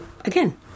again